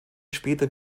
später